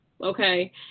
okay